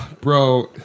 Bro